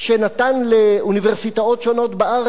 שנתן לאוניברסיטאות שונות בארץ